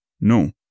No